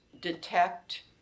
detect